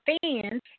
fans